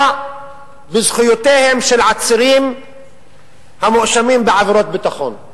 בזכויותיהם של עצירים המואשמים בעבירות ביטחון.